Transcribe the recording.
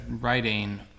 writing